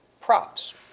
props